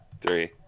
three